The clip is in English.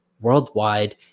worldwide